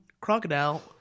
crocodile